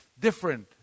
different